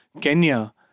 Kenya